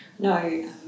No